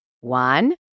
One